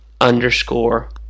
underscore